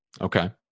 Okay